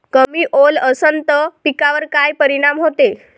कमी ओल असनं त पिकावर काय परिनाम होते?